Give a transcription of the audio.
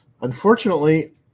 Unfortunately